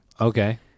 Okay